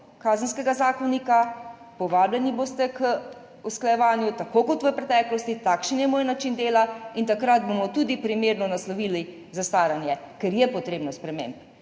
Kazenskega zakonika. Povabljeni boste k usklajevanju tako kot v preteklosti, takšen je moj način dela. In takrat bomo tudi primerno naslovili zastaranje, ker je potrebno sprememb.